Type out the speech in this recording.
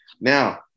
Now